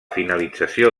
finalització